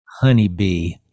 honeybee